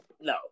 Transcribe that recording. No